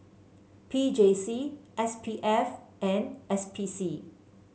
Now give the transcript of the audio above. P J C S P F and S P C